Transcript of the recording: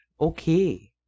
Okay